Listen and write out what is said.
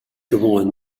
gewoan